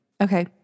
okay